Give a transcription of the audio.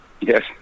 Yes